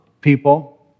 people